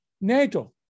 NATO